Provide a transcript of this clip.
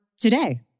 today